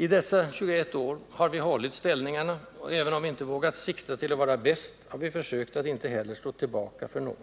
I dessa 21 år har vi hållit ställningarna, och även om vi inte vågat sikta till att vara bäst har vi försökt att inte heller stå tillbaka för någon.